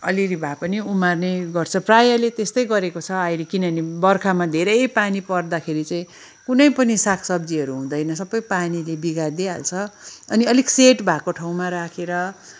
अलिअलि भए पनि उमार्ने गर्छु प्रायःले त्यस्तै गरेको छ अहिले किनभने बर्खामा धेरै पानी पर्दाखेरि चाहिँ कुनै पनि सागसब्जीहरू हुँदैन सबै पानीले बिगारिदिइहाल्छ अनि अलिक सेड भएको ठाउँमा राखेर